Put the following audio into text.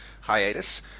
hiatus